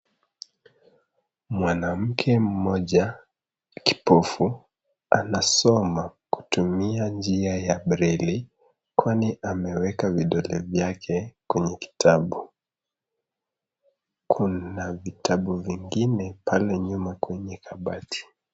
Mwanamke mmoja kipofu anasoma kutumia njia ya braille , kwani ameweka vidole vyake kwenye kitabu. Kuna vitabu vingine pale nyuma kwenye kabati.